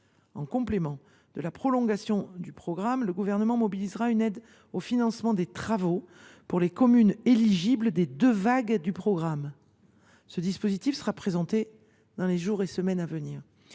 En complément, le Gouvernement mobilisera une aide au financement des travaux pour les communes éligibles aux deux vagues du programme. Ce dispositif sera présenté dans les jours ou les semaines à venir.